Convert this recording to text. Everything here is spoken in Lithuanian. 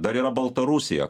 dar yra baltarusija